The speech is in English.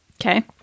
Okay